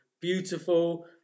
beautiful